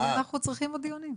כי אנחנו צריכים עוד דיונים.